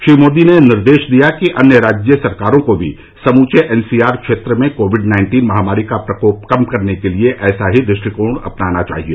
श्री मोदी ने निर्देश दिया कि अन्य राज्य सरकारों को भी समूचे एनसीआर क्षेत्र में कोविड नाइन्टीन महामारी का प्रकोप कम करने के लिए ऐसा ही दृष्टिकोण अपनाना चाहिए